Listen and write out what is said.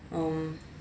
um